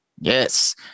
Yes